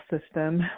system